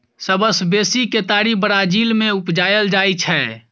सबसँ बेसी केतारी ब्राजील मे उपजाएल जाइ छै